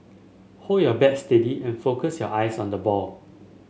hold your bat steady and focus your eyes on the ball